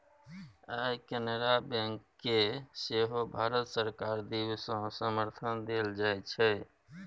आय केनरा बैंककेँ सेहो भारत सरकार दिससँ समर्थन देल जाइत छै